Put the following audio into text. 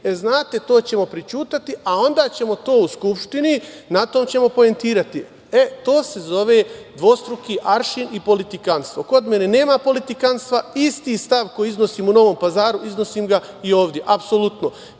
znate, to ćemo prećutati, a onda ćemo to u Skupštini, na tome ćemo poentirati. To se zove dvostruki aršin i politikanstvo. Kod mene nema politikanstva. Isti stav koji iznosim u Novom Pazaru, iznosim ga i ovde. Apsolutno,